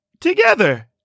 together